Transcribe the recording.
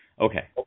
Okay